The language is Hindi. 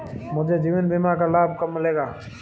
मुझे जीवन बीमा का लाभ कब मिलेगा?